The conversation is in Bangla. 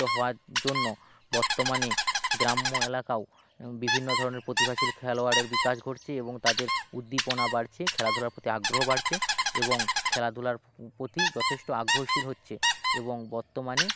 হওয়ার জন্য বর্তমানে গ্রাম্য এলাকাও বিভিন্ন ধরনের প্রতিভাশীল খেলোয়াড়ের বিকাশ ঘটছে এবং তাদের উদ্দীপনা বাড়ছে খেলাধুলার প্রতি আগ্রহ বাড়ছে এবং খেলাধুলার প্রতি যথেষ্ট আগ্রহশীল হচ্ছে এবং বর্তমানে